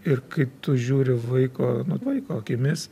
ir kai tu žiūri vaiko nu vaiko akimis